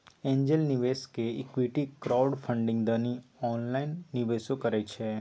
angel निवेशक equity crowdfunding दनी online निवेशो करइ छइ